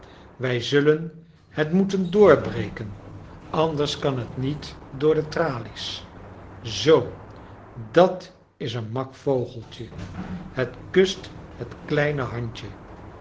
wij zullen het moeten doorbreken anders kan het niet door de tralies zoo dat is een mak vogeltje het kust het kleine handje